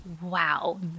wow